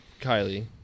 kylie